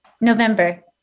November